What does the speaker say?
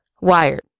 Wired